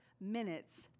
minutes